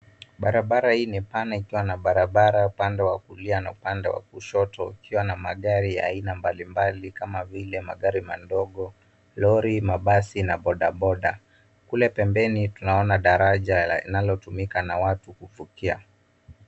Barabara hii ni pana ikiwa na barabara upande wa kulia na upande wa kushoto ikiwa na ina ya magari mbalimbali kama vile magari madogo, lori mabasi na boda boda . Kule pembeni tunaona daraja linalotumika na watu kuvukia.